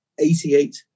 88